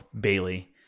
Bailey